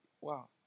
wow